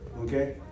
Okay